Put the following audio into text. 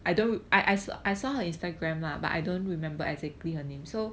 I don't I ask I saw her instagram lah but I don't remember exactly her name so